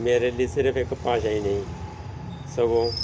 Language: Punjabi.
ਮੇਰੇ ਲਈ ਸਿਰਫ ਇੱਕ ਭਾਸ਼ਾ ਹੀ ਨਹੀਂ ਸਗੋਂ